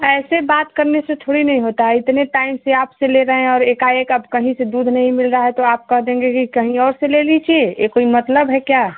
ऐसे बात करने से थोड़ी नहीं होता है इतने टाइम से आपसे ले रहे हैं और एकाएक आप कहीं से दूध नहीं मिल रहा है तो आप कह देंगे कि कहीं और से ले लीजिए यह कोई मतलब है क्या